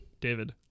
David